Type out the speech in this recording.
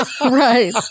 right